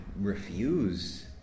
refuse